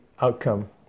outcome